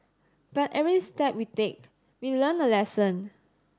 but every step we take we learn a lesson